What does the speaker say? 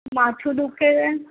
માથું દુઃખે છે